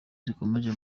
zikomeje